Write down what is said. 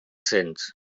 sents